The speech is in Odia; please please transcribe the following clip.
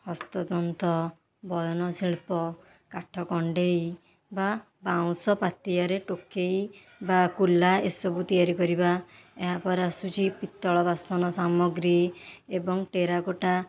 ହସ୍ତତନ୍ତ ବୟନଶିଳ୍ପ କାଠ କଣ୍ଢେଇ ବା ବାଉଁଶ ପାତିଆରେ ଟୋକେଇ ବା କୁଲା ଏସବୁ ତିଆରି କରିବା ଏହାପରେ ଆସୁଛି ପିତ୍ତଳ ବାସନ ସାମଗ୍ରୀ ଏବଂ ଟେରାକୋଟା